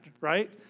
right